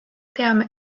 teame